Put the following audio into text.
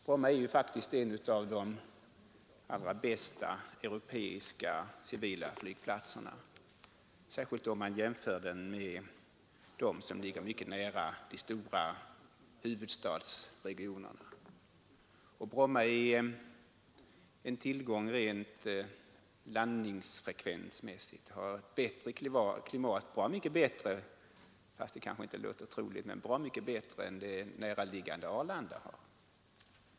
Bromma är faktiskt en av de allra bästa europeiska civilflygplatserna, särskilt om man jämför den med dem som ligger mycket nära de stora huvudstadsregionerna. Bromma är en tillgång rent landningsfrekvensmässigt, har ett bättre klimat — bra mycket bättre — än det näraliggande Arlanda har.